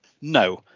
No